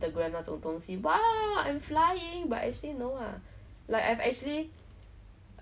it's already less you reduce even though you cannot like completely like don't have it